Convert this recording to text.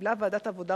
קיבלה ועדת העבודה,